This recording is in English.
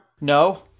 No